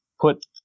put